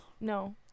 no